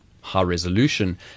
high-resolution